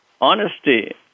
honesty